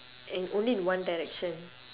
and only in one direction